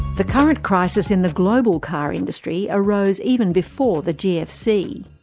the current crisis in the global car industry arose even before the gfc.